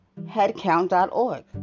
headcount.org